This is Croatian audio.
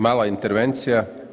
Mala intervencija.